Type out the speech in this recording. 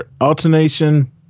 alternation